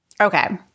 Okay